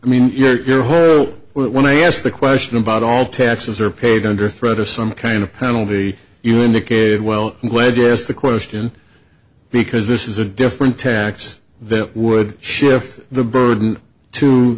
i mean your home so when they ask the question about all taxes are paid under threat or some kind of penalty you indicated well i'm glad you asked the question because this is a different tax that would shift the burden to